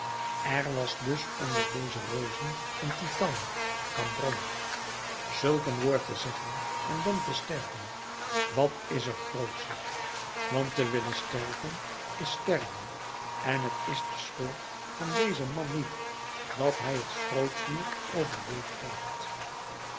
er was dus onder deze reuzen een titan cambronne zulk een woord te zeggen en dan te sterven wat is er grootscher want te willen sterven is sterven en t is de schuld van dezen man niet dat hij het schrootvuur overleefd heeft